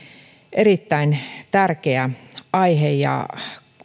erittäin tärkeä aihe